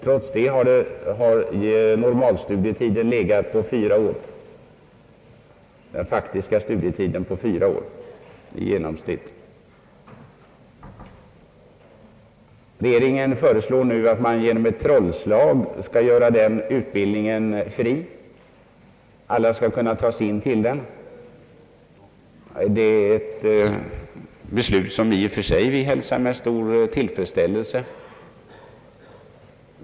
Trots det har den faktiska utbildningstiden i genomsnitt legat vid fyra år. Regeringen föreslår nu att man genom ett trollslag skall göra den utbildningen fri — alla skall kunna tas in till den. Det är ett beslut som vi i och för sig hälsar med stor tillfredsställelse.